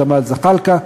ג'מאל זחאלקה,